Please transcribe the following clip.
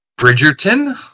Bridgerton